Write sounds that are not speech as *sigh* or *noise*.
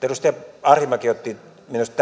*unintelligible* edustaja arhinmäki otti minusta *unintelligible*